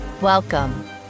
Welcome